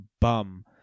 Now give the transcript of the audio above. bum